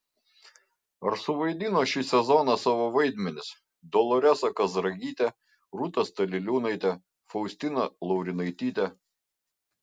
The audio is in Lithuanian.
ar suvaidino šį sezoną savo vaidmenis doloresa kazragytė rūta staliliūnaitė faustina laurinaitytė